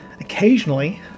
occasionally